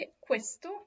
questo